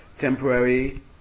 temporary